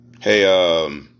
Hey